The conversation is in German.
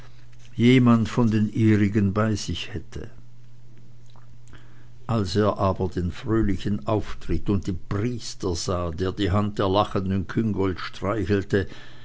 jemand von den ihrigen bei sich hätte als er aber den fröhlichen auftritt und den priester sah der die hand der lachenden küngolt streichelte